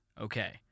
Okay